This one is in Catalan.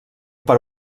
per